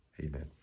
amen